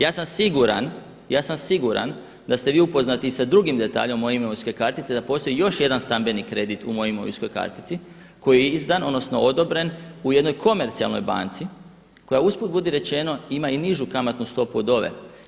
Ja sam siguran da ste vi upoznati i sa drugim detaljem moje imovinske kartice da postoji još jedan stambeni kredit u mojoj imovinskoj kartici koji je izdan, odnosno odobren u jednoj komercijalnoj banci koja je usput budi rečeno ima i nižu kamatnu stopu od ove.